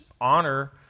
honor